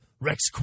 Rex